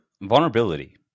vulnerability